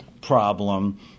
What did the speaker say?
problem